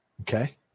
Okay